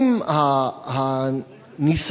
הוא יזכור, הוא זוכר.